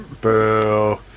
Boo